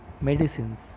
medicines